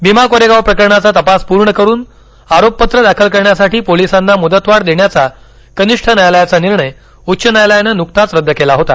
भीमा कोरेगाव प्रकरणाचा तपास पूर्ण करून आरोपप्र दाखल करण्यासाठी पोलिसांना मुदतवाढ देण्याचा कनिष्ठ न्यायालयाचा निर्णय उच्च न्यायालयानं नुकताच रद्द केला होता